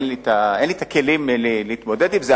במשרד שלי אין לי כלים להתמודד עם זה.